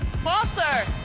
faster.